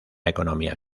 economía